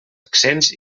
accents